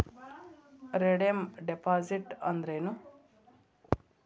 Redeem deposit ಅಂದ್ರೇನ್?